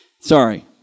Sorry